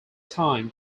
time